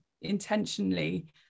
intentionally